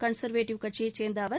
conservative கட்சியைச் சேர்ந்த அவர்